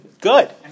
Good